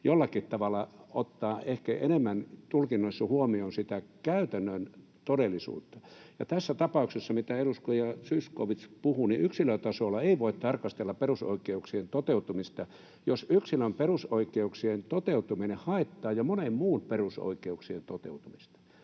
jollakin tavalla ottaa ehkä enemmän tulkinnoissa huomioon sitä käytännön todellisuutta. Ja tässä tapauksessa, mitä edustaja Zyskowicz puhui, yksilötasolla ei voi tarkastella perusoikeuksien toteutumista, jos yksilön perusoikeuksien toteutuminen haittaa jo monen muun perusoikeuksien toteutumista.